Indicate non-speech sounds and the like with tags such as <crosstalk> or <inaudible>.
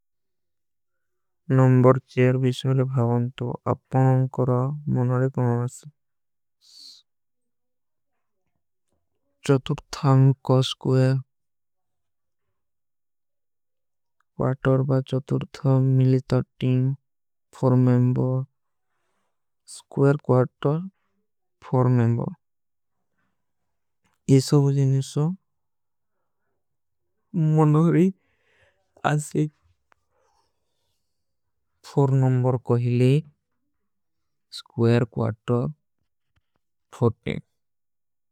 ନମବର ଚେର ଵିଶ୍ମେଲେ ଭାଵନ୍ତଵା ଅପନାଂକରା ମନୋରେ କୌନାସ। ଚତୁର୍ଥାଂ କା ସ୍କ୍ଵେର <hesitation> କ୍ଵାର୍ଟର ବା ଚତୁର୍ଥାଂ ମିଲୀ। ତର୍ଟୀଂ four member square quarter four member ଇଶା ବଜେନ ଇଶା। ମନୋରେ ଆଶେ ଫୋର ମେଂବର କହିଲେ ସ୍କ୍ଵେର କ୍ଵାର୍ଟର ଫୋର ମେଂବର।